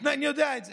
אני יודע את זה,